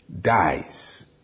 dies